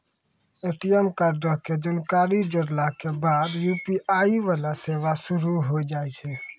ATM कार्डो के जानकारी जोड़ला के बाद यू.पी.आई वाला सेवा शुरू होय जाय छै